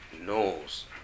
knows